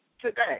today